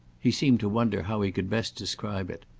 he seemed to wonder how he could best describe it.